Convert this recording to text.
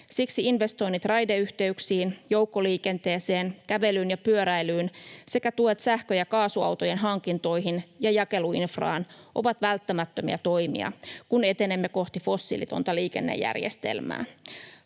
Siksi investoinnit raideyhteyksiin, joukkoliikenteeseen, kävelyyn ja pyöräilyyn sekä tuet sähkö- ja kaasuautojen hankintoihin ja jakeluinfraan ovat välttämättömiä toimia, kun etenemme kohti fossiilitonta liikennejärjestelmää.